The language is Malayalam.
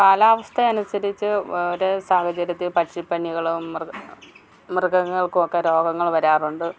കാലാവസ്ഥയനുസരിച്ച് ഒരോ സാഹചര്യത്തിൽ പക്ഷിപ്പനികളും മൃഗങ്ങൾക്കുമൊക്കെ രോഗങ്ങൾ വരാറുണ്ട്